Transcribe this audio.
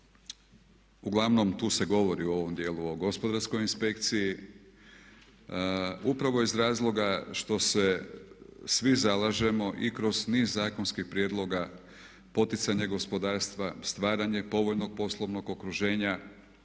uglavnom tu se govori u ovom djelu o gospodarskoj inspekciji, upravo iz razloga što se svi zalažemo i kroz niz zakonskih prijedloga, poticanja gospodarstva, stvaranje povoljnog poslovnog okruženja,